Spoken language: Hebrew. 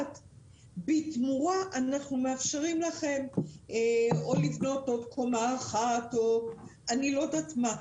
בתמורה אנחנו מאפשרים לכם לבנות עוד קומה אחת או משהו אחר,